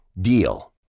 DEAL